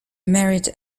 married